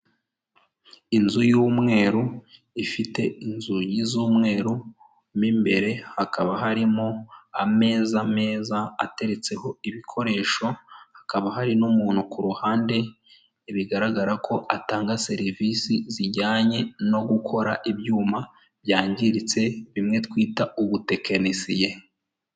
Inzu y'umweru ifite inzugi z'umweru, mo imbere hakaba harimo ameza meza ateretseho ibikoresho, hakaba hari n'umuntu ku ruhande bigaragara ko atanga serivisi zijyanye no gukora ibyuma byangiritse bimwe twita ubutekenisiye.